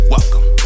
Welcome